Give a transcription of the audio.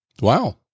Wow